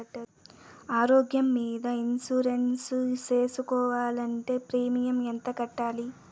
ఆరోగ్యం మీద ఇన్సూరెన్సు సేసుకోవాలంటే ప్రీమియం ఎంత కట్టాలి?